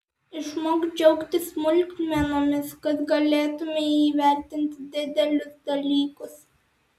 išmok džiaugtis smulkmenomis kad galėtumei įvertinti didelius dalykus